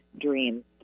dream